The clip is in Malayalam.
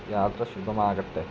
യാത്ര ശുഭമാകട്ടെ